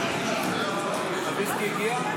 הוויסקי הגיע?